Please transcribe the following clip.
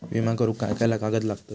विमा करुक काय काय कागद लागतत?